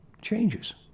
changes